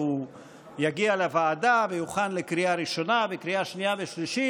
והוא יגיע לוועדה ויוכן לקריאה ראשונה וקריאה שנייה ושלישית,